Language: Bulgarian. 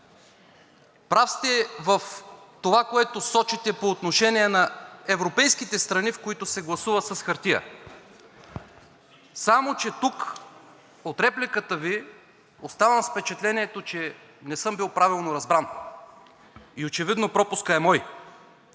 прав сте в това, което сочите по отношение на европейските страни, в които се гласува с хартия. Само че тук от репликата Ви оставам с впечатлението, че не съм бил правилно разбран и очевидно пропускът е мой.